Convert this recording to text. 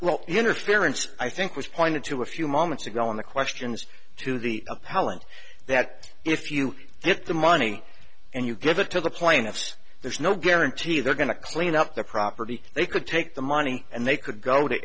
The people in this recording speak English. is interference i think was pointed to a few moments ago on the questions to the appellant that if you get the money and you give it to the plaintiffs there's no guarantee they're going to clean up their property they could take the money and they could go to